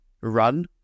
run